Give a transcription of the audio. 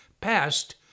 passed